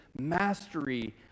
mastery